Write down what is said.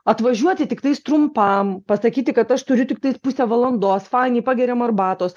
atvažiuoti tiktais trumpam pasakyti kad aš turiu tiktais pusę valandos fainiai pageriam arbatos